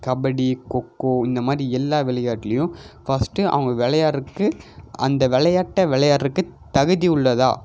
கபடி கொக்கோ இந்த மாதிரி எல்லா விளையாட்டுலையும் ஃபஸ்ட்டு அவங்க விளையாட்றக்கு அந்த விளையாட்ட விளையாட்றக்கு தகுதி உள்ளதா